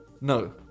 No